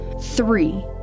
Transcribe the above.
Three